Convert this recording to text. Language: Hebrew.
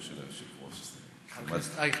לא של היושב-ראש, חבר הכנסת אייכלר.